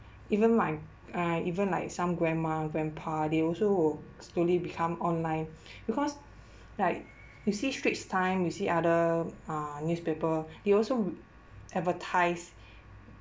even my uh even like some grandma grandpa they also will slowly become online because like you see straits time you see other uh newspaper they also advertise